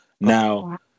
Now